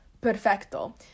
perfecto